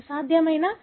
ఇది సాధ్యమేనా